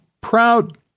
proud